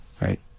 right